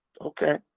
Okay